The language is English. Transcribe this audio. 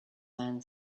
man